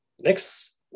Next